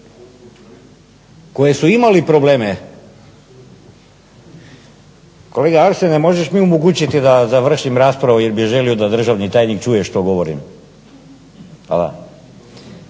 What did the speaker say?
koje su imali probleme, Kolega Arsene možeš mi omogućiti da završim raspravu jer bih želio da državni tajnik čuje što ja govorim? Hvala.